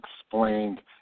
explained